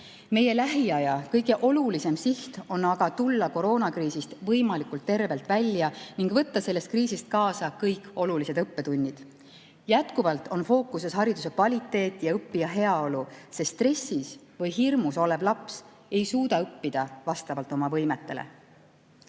Meie lähiaja kõige olulisem siht on aga tulla koroonakriisist võimalikult tervelt välja ning võtta sellest kriisist kaasa kõik olulised õppetunnid. Jätkuvalt on fookuses hariduse kvaliteet ja õppija heaolu, sest stressis või hirmul olev laps ei suuda õppida vastavalt oma võimetele.